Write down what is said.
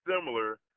similar